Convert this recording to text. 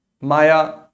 Maya